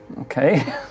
Okay